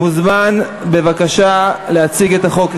מוזמן בבקשה להציג את החוק.